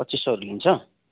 पच्चिस सौहरू लिन्छ